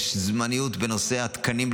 יש זמניות בנושא התקנים,